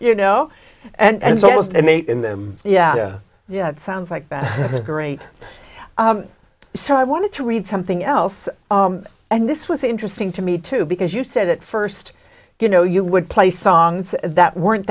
you know and so it may in them yeah yeah it sounds like that great so i want to read something else and this was interesting to me too because you said at first you know you would play songs that weren't